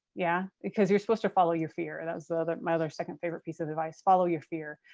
yeah, because you're supposed to follow your fear. that's the other, my other second favorite piece of advice. follow your fear.